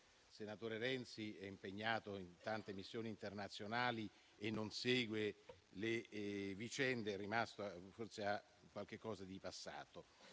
senatore Renzi è impegnato in tante missioni internazionali, non segue le vicende e forse è rimasto a qualcosa di passato.